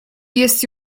jest